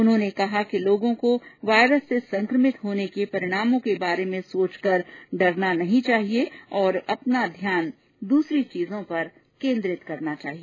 उन्होंने कहा कि लोगों को वायरस से संक्रमित होने के परिणामों के बारे में सोचकर डरना नहीं चाहिए और अपना ध्यान दूसरी चीजों पर केन्द्रित करना चाहिए